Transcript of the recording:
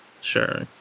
Sure